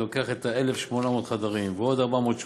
אם מביאים בחשבון את 1,800 החדרים ועוד 480,